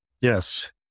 Yes